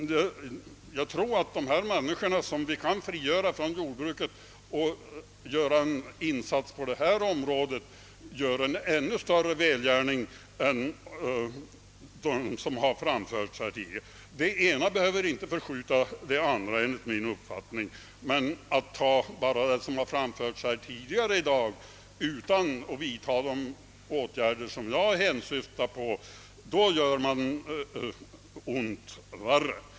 Jag tror att om vi kan frigöra folk från jordbruket för insatser på detta område är det en ännu större välgärning än de som det har talats om förut i debatten. Det ena behöver enligt min uppfattning inte förskjuta det andra, men fullföljer vi bara de tankar som har framförts tidigare utan att vidta de åtgärder jag syftar på, då gör vi ont värre.